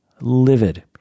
livid